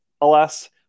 alas